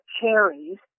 cherries